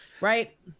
Right